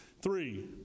Three